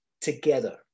together